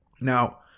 Now